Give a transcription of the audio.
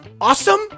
awesome